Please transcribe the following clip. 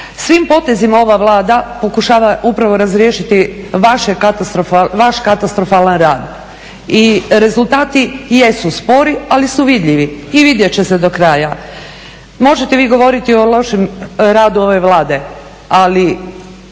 Svim potezima ova Vlada pokušava upravo razriješiti vaš katastrofalni rad. I rezultati jesu spori ali su vidljivi i vidjet će se do kraja. Možete vi govoriti o lošem radu ove Vlade, ali